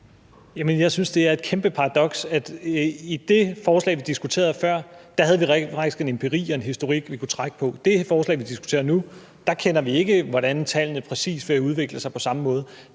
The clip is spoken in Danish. Jeg synes, det er et kæmpe paradoks. I forhold til det forslag, vi diskuterede før, havde vi faktisk en empiri og en historik, vi kunne trække på. I forhold til det forslag, vi diskuterer nu, ved vi ikke, hvordan tallene præcis vil udvikle sig. Med